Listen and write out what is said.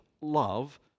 love